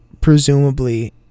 presumably